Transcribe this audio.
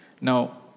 Now